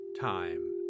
time